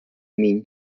mean